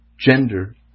Gender